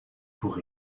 pour